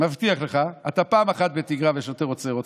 מבטיח לך, אתה פעם בתגרה ושוטר עוצר אותך,